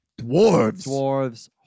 dwarves